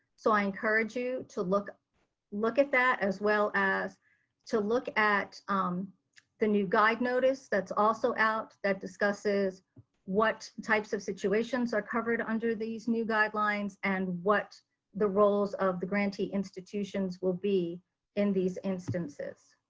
so i encourage you to look look at that as well as to look at um the new guide notice that's also out that discusses what types of situations are covered under these new guidelines. and what the roles of the grantee institutions will be in these instances.